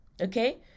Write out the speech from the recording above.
okay